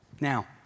Now